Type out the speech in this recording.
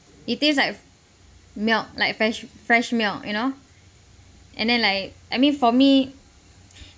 it taste like milk like fresh fresh milk you know and then like I mean for me